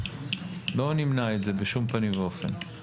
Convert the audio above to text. לא נמנע את זה בשום פנים ואופן.